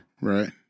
Right